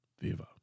Viva